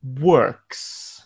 works